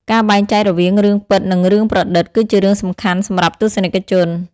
ការបែងចែករវាងរឿងពិតនិងរឿងប្រឌិតគឺជារឿងសំខាន់សម្រាប់ទស្សនិកជន។